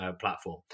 platform